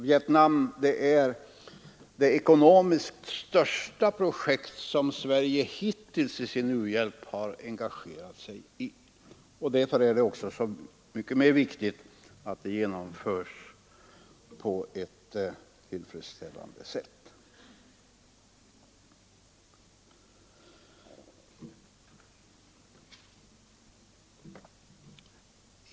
Vietnam är det ekonomiskt största projekt som Sverige hittills i sin u-hjälp har engagerat sig i. Därför är det så mycket mer berättigat att det genomförs på ett tillfredsställande sätt.